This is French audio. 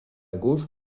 gauche